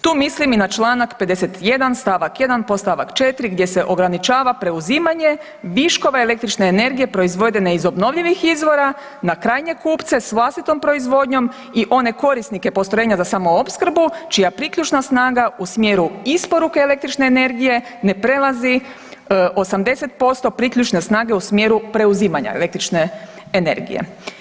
Tu mislim i na Članak 51. stavak 1. podstavak 4. gdje se ograničava preuzimanje viškova električne energije proizvedene iz obnovljivih izvora na krajnje kupce s vlastitom proizvodnjom i one korisnike postrojenja za samoopskrbu čija priključna snaga u smjeru isporuke električne energije ne prelazi 80% priključne snage u smjeru preuzimanja električne energije.